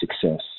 success